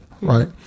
right